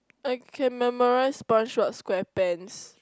I can memorise SpongeBob-SquarePants